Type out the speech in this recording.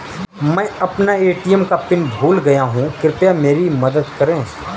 मैं अपना ए.टी.एम का पिन भूल गया हूं, कृपया मेरी मदद करें